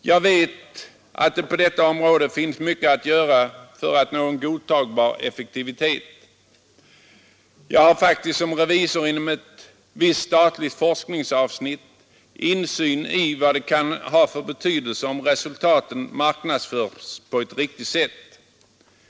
Jag vet att det på detta område finns mycket att göra för att nå en godtagbar effektivitet. Jag har faktiskt som revisor på ett visst statligt forskningsavsnitt insyn i vad det kan ha för betydelse om resultaten marknadsförs på ett riktigt sätt.